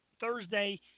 Thursday